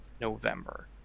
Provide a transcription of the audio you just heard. November